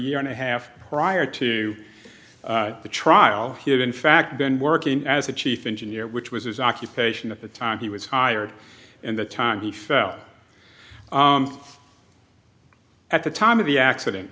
year and a half prior to the trial in fact been working as the chief engineer which was his occupation at the time he was hired and the time he fell at the time of the accident